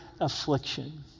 affliction